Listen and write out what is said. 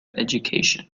education